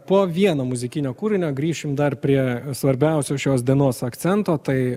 po vieno muzikinio kūrinio grįšim dar prie svarbiausio šios dienos akcento tai